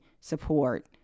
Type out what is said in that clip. support